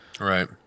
Right